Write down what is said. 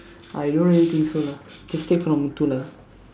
I don't really think so lah just take from Muthu lah